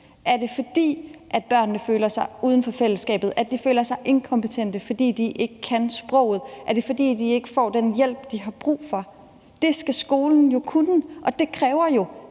Er det, fordi børnene føler sig uden for fællesskabet eller de føler sig inkompetente, fordi de ikke kan sproget? Er det, fordi de ikke får den hjælp, de har brug for? Det skal skolen jo kunne, og det kræver,